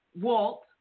Walt